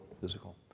physical